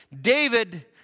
David